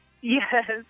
yes